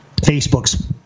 Facebook's